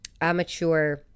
amateur